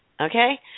Okay